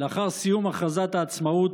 לאחר סיום הכרזת העצמאות,